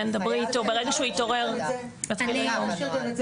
מה שנעשה